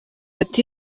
ati